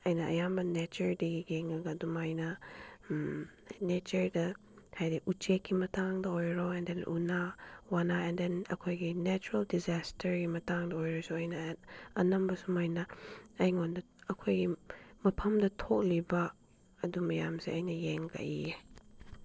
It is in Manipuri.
ꯑꯩꯅ ꯑꯌꯥꯝꯕ ꯅꯦꯆꯔꯗꯒꯤ ꯌꯦꯡꯉꯒ ꯑꯗꯨꯃꯥꯏꯅ ꯅꯦꯆꯔꯗ ꯍꯥꯏꯗꯤ ꯎꯆꯦꯛꯀꯤ ꯃꯇꯥꯡꯗ ꯑꯣꯏꯔꯣ ꯑꯦꯟ ꯗꯦꯟ ꯎꯅꯥ ꯋꯥꯅ ꯑꯦꯟ ꯗꯦꯟ ꯑꯩꯈꯣꯏꯒꯤ ꯅꯦꯆꯔꯦꯜ ꯗꯤꯖꯥꯁꯇꯔꯒꯤ ꯃꯇꯥꯡꯗ ꯑꯣꯏꯔꯁꯨ ꯑꯩꯅ ꯑꯅꯝꯕ ꯁꯨꯃꯥꯏꯅ ꯑꯩꯉꯣꯟꯗ ꯑꯩꯈꯣꯏꯒꯤ ꯃꯐꯝꯗ ꯊꯣꯛꯂꯤꯕ ꯑꯗꯨ ꯃꯌꯥꯝꯁꯦ ꯑꯩꯅ ꯌꯦꯡꯉꯒ ꯏꯌꯦ